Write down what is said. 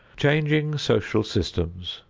changing social systems,